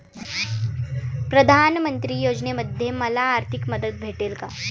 प्रधानमंत्री योजनेमध्ये मला आर्थिक मदत भेटेल का?